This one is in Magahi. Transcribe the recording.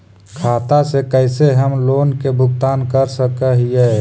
खाता से कैसे हम लोन के भुगतान कर सक हिय?